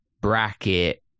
bracket